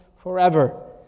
forever